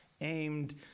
aimed